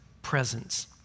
presence